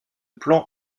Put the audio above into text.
plan